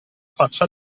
faccia